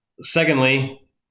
secondly